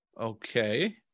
Okay